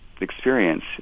Experience